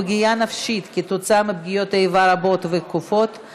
פגיעה נפשית כתוצאה מפגיעות איבה רבות ותכופות),